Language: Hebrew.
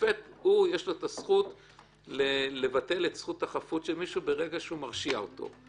ולשופט יש זכות לבטל את זכות החפות של מישהו ברגע שהוא מרשיע אותו.